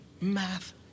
math